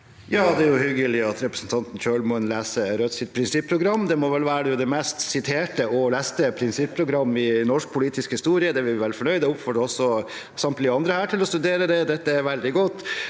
Det er hyggelig at re- presentanten Kjølmoen leser Rødts prinsipprogram. Det må vel være det mest siterte og leste prinsipprogrammet i norsk politisk historie. Det er vi veldig fornøyd med, og jeg oppfordrer også samtlige andre her til å studere det, for det er veldig godt.